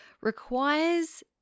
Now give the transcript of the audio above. requires